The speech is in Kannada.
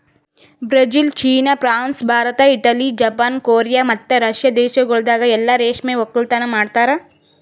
Brazil, China, France, Bharat, Italy, Japan, Korea ಮತ್ತ ರಷ್ಯಾ ದೇಶಗೊಳ್ದಾಗ್ ಎಲ್ಲಾ ರೇಷ್ಮೆ ಒಕ್ಕಲತನ ಮಾಡ್ತಾರ